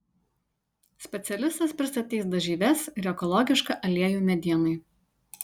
specialistas pristatys dažyves ir ekologišką aliejų medienai